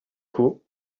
coup